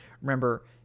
remember